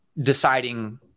deciding